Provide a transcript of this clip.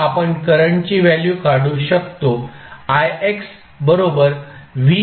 तर आपण करंटची व्हॅल्यू काढू शकतो